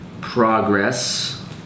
progress